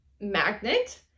magnet